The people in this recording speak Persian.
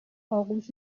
آغوش